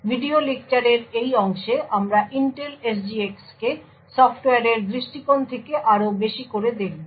video লেকচারের এই অংশে আমরা Intel SGX কে সফটওয়্যারের দৃষ্টিকোণ থেকে আরও বেশি করে দেখব